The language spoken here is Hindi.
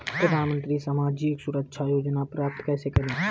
प्रधानमंत्री सामाजिक सुरक्षा योजना प्राप्त कैसे करें?